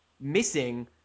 missing